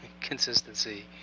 consistency